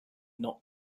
not